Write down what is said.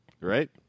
Right